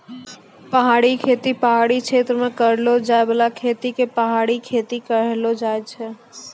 पहाड़ी खेती पहाड़ी क्षेत्र मे करलो जाय बाला खेती के पहाड़ी खेती कहलो जाय छै